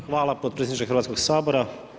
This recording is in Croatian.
Hvala potpredsjedniče Hrvatskog sabora.